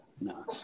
No